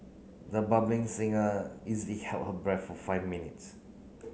the singer easily held her breath for five minutes